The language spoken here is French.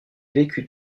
vécut